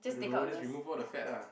I don't know just remove all the fat ah